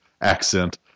accent